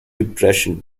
depression